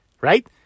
Right